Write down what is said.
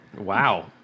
Wow